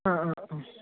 অ অ অ